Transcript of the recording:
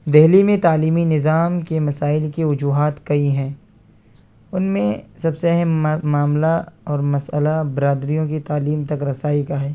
دہلی میں تعلیمی نظام کے مسائل کے وجوہات کئی ہیں ان میں سب اہم معاملہ اور مسئلہ برادریوں کی تعلیم تک رسائی کا ہے